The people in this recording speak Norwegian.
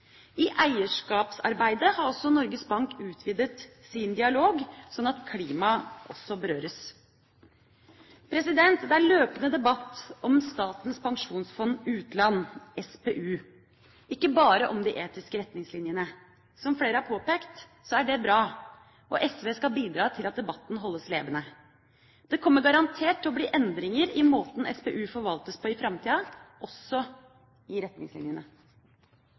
i framtida. I eierskapsarbeidet har også Norges Bank utvidet sin dialog, slik at klimaet også berøres. Det er løpende debatt om Statens pensjonsfond utland, SPU, ikke bare om de etiske retningslinjene. Som flere har påpekt, er det bra, og SV skal bidra til at debatten holdes levende. Det kommer garantert til å bli endringer i måten SPU forvaltes på i framtida, og også retningslinjene.